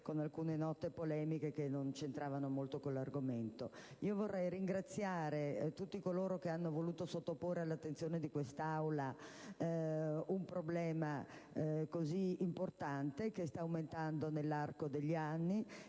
alcune note polemiche che non c'entravano molto con l'argomento. Vorrei ringraziare tutti coloro che hanno voluto sottoporre all'attenzione di questa Aula un problema così importante che si sta estendendo nell'arco degli anni